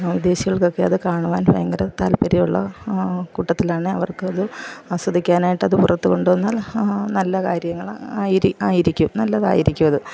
വിദേശികൾക്കൊക്കെ അത് കാണുവാൻ ഭയങ്കര താല്പര്യ ഉള്ള കൂട്ടത്തിലാണ് അവർക്കത് ആസ്വദിക്കാനായിട്ടത് പുറത്ത് കൊണ്ടുവന്നാൽ നല്ല കാര്യങ്ങള് ആയിരിക്കും നല്ലതായിരിക്കു അത്